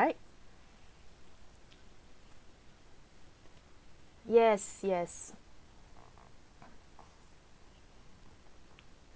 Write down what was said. right yes yes